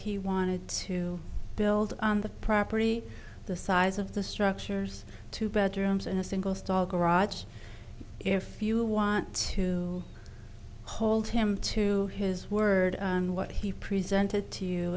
he wanted to build on the property the size of the structures two bedrooms and a single stall garage if you want to hold him to his word on what he presented to you